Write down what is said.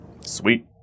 Sweet